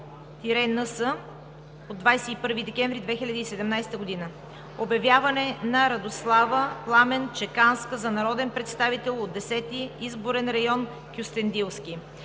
– НС от 21 декември 2017 г. относно обявяване на Радослава Пламен Чеканска за народен представител от Десети изборен район – Кюстендилски